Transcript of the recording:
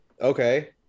Okay